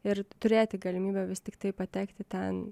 ir turėti galimybę vis tiktai patekti ten